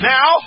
Now